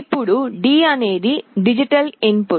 ఇప్పుడు D అనేది digital input